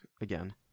again